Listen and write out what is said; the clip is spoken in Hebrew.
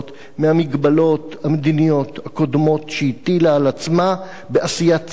מהמגבלות המדיניות הקודמות שהטילה על עצמה בעשיית צדק